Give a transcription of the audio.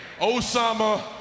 Osama